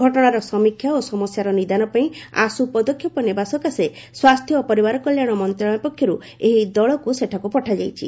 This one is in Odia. ଘଟଣାର ସମୀକ୍ଷା ଓ ସମସ୍ୟାର ନିଦାନ ପାଇଁ ଆଶୁପଦକ୍ଷେପ ନେବା ସକାଶେ ସ୍ୱାସ୍ଥ୍ୟ ଓ ପରିବାର କଲ୍ୟାଣ ମନ୍ତ୍ରଣାଳୟ ପକ୍ଷରୁ ଏହି ଦଳକୁ ସେଠାକୁ ପଠାଯାଇଛି